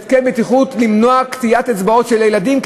התקן בטיחות למניעת קטיעת אצבעות ילדים,